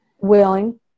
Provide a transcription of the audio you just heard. willing